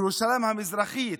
ירושלים המזרחית